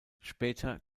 später